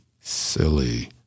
silly